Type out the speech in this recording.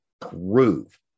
prove